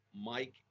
Mike